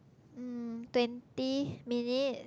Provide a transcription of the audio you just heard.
mm twenty minutes